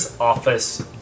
office